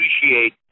appreciate